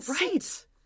right